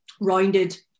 rounded